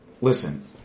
listen